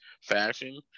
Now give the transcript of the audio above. fashion